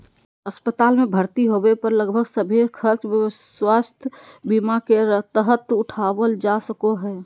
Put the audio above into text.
अस्पताल मे भर्ती होबे पर लगभग सभे खर्च स्वास्थ्य बीमा के तहत उठावल जा सको हय